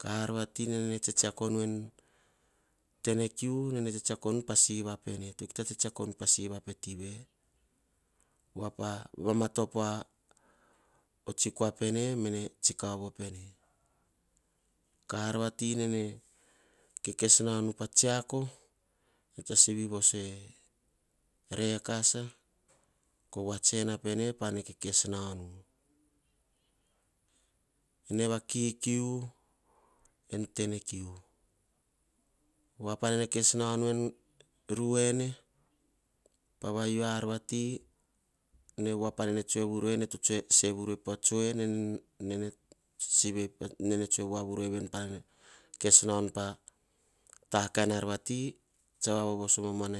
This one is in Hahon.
Ka ar vati nene tsetsako nu en tenekiu nene tsetsakonu en tenekiu. Ene to tsetsakonu po sivaoene, kita tsetsakonu pa siva pe tive. Voa pa vamatopo o kua pene mene kauvo pene. Ka ar vati nene kes naonu pa tsiako. Ene rsa sivi vose rekasa ko voa ats ena pene ene va kikiu en tenekiu. Voa pane kes nau nu en ruene pa vau a ar vati. Ean tsa vavoso voso e tsunan